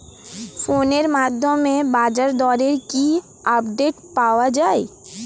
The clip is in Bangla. ফোনের মাধ্যমে বাজারদরের কি আপডেট পাওয়া যায়?